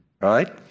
right